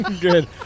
Good